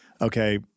okay